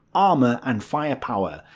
armour and fire-power.